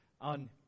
on